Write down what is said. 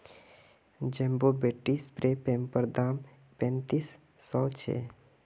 jumbo battery spray पंपैर दाम पैंतीस सौ छे